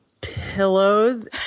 pillows